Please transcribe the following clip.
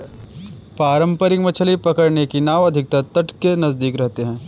पारंपरिक मछली पकड़ने की नाव अधिकतर तट के नजदीक रहते हैं